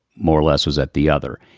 more or less was at the other,